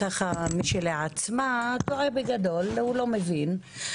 בצבא, ככה, מטעם עצמה טועה בגדול, הוא לא מבין.